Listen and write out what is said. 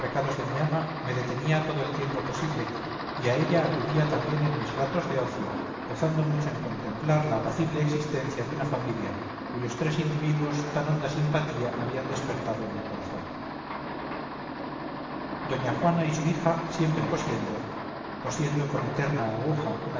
mi ama me detenía todo el tiempo posible y a ella acudía también en mis ratos de ocio gozando mucho en contemplar la apacible existencia de una familia cuyos tres individuos tan honda simpatía habían despertado en mi corazón doña juana y su hija siempre cosiendo cosiendo con eterna aguja